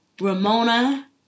Ramona